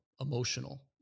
emotional